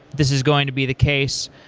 this is going to be the case.